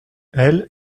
elle